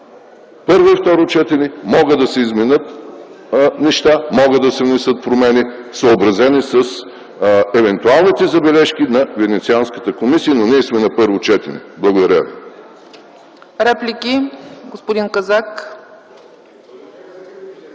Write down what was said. първо и второ четене могат да се изменят неща, могат да се внесат промени, съобразени с евентуалните забележки на Венецианската комисия. Но ние сме на първо четене! Благодаря.